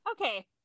okay